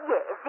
Yes